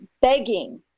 begging